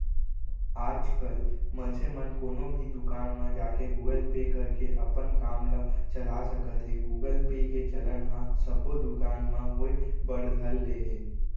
आजकल मनसे मन कोनो भी दुकान म जाके गुगल पे करके अपन काम ल चला सकत हें गुगल पे के चलन ह सब्बो दुकान म होय बर धर ले हे